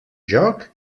joc